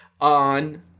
on